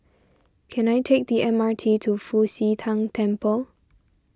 can I take the M R T to Fu Xi Tang Temple